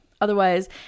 Otherwise